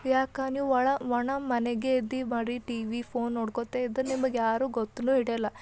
ಯಾಕೆ ನೀವು ಒಳ ಒಣ ಮನೆಗೆ ಇದ್ದೀ ಬರೀ ಟಿವಿ ಫೋನ್ ನೋಡ್ಕೊಳ್ತಾ ಇದ್ರೆ ನಿಮಗೆ ಯಾರು ಗೊತ್ನು ಹಿಡಿಯಲ್ಲ